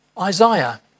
Isaiah